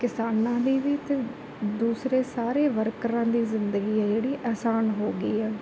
ਕਿਸਾਨਾਂ ਦੀ ਵੀ ਅਤੇ ਦੂਸਰੇ ਸਾਰੇ ਵਰਕਰਾਂ ਦੀ ਜ਼ਿੰਦਗੀ ਹੈ ਜਿਹੜੀ ਅਸਾਨ ਹੋ ਗਈ ਹੈ